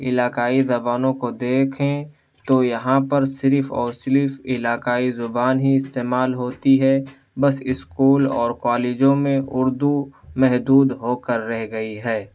علاقائی زبانوں کو دیکھیں تو یہاں پر صرف اور صرف علاقائی زبان ہی استعمال ہوتی ہے بس اسکول اور کالجوں میں اردو محدود ہو کر رہ گئی ہے